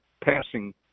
passing